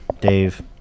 Dave